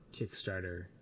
Kickstarter